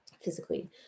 physically